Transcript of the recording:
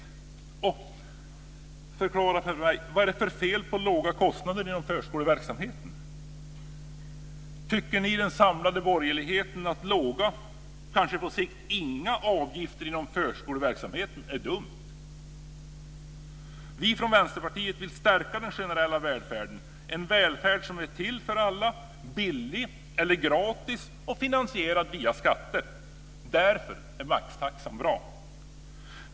Och förklara för mig vad det är för fel på låga kostnader inom förskoleverksamheten! Tycker ni i den samlade borgerligheten att låga, kanske på sikt inga, avgifter inom förskoleverksamheten är dumt? Vi i Vänsterpartiet vill stärka den generella välfärden - en välfärd som är till för alla, som är billig eller gratis och som finansieras via skatter. Därför är maxtaxan bra!